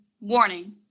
warning